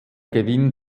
gewinn